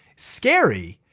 scary,